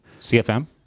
CFM